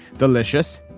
delicious